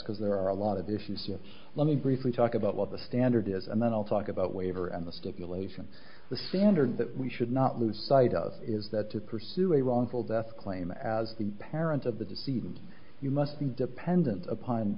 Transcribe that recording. because there are a lot of issues let me briefly talk about what the standard is and then i'll talk about waiver on the stipulation the standard that we should not lose sight of is that to pursue a wrongful death claim as the parents of the deceived you must be dependent upon